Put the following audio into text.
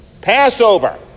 Passover